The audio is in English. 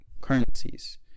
currencies